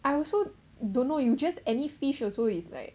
I also don't know you just any fish also is like